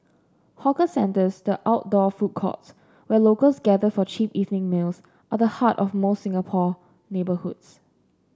hawker centres the outdoor food courts where locals gather for cheap evening meals are the heart of most Singapore neighbourhoods